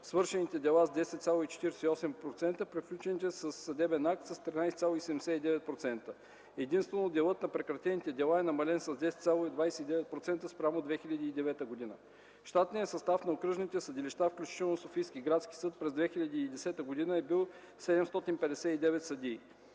свършените дела с 10,48%, приключени със съдебен акт – с 13,79%. Единствено делът на прекратените дела е намален с 10,29% спрямо 2009 г. Щатният състав на окръжните съдилища, включително Софийски градски съд, през 2010 г. е бил 759 съдии.